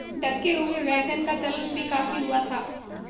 ढके हुए वैगन का चलन भी काफी हुआ था